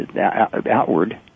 outward